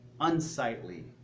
unsightly